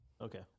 Okay